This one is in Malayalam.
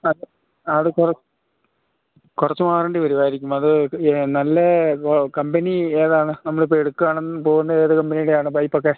ആ അത് കുറച്ച് മാറേണ്ടിവരുമായിരിക്കും അത് നല്ല കമ്പനി ഏതാണ് നമ്മളിപ്പോള് എടുക്കാന് പോകുന്നത് ഏത് കമ്പനിയുടേതാണ് പൈപ്പൊക്കെ